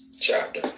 chapter